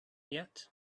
yet